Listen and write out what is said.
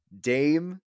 Dame